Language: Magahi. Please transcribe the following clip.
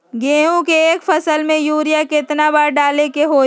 गेंहू के एक फसल में यूरिया केतना बार डाले के होई?